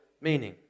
meaning